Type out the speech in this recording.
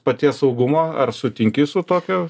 paties saugumo ar sutinki su tokiu